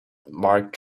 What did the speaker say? mark